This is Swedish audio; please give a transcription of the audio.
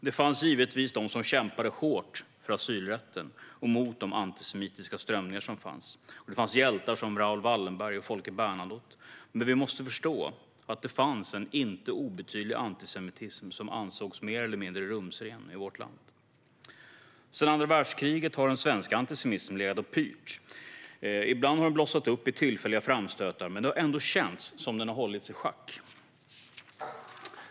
Det fanns givetvis de som kämpade hårt för asylrätten och mot de antisemitiska strömningar som fanns, och det fanns hjältar som Raoul Wallenberg och Folke Bernadotte, men vi måste förstå att det fanns en inte obetydlig antisemitism som ansågs mer eller mindre rumsren i vårt land. Sedan andra världskriget har den svenska antisemitismen legat och pyrt. Ibland har den blossat upp i tillfälliga framstötar, men det har ändå känts som att den hållits i schack.